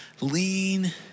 Lean